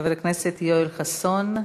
חבר הכנסת יואל חסון,